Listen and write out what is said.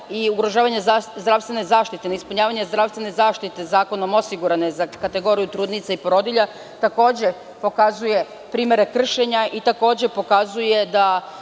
neispunjavanja zdravstvene zaštite zakonom osigurane za kategoriju trudnica i porodilja, takođe pokazuje primere kršenja i takođe pokazuje da